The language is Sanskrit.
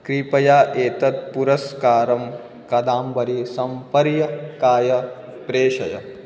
कृपया एतत् पुरस्कारं कादम्बर्याः सम्पर्काय प्रेषय